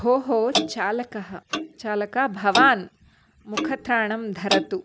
भोः चालकः चालक भवान् मुखत्राणं धरतु